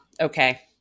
okay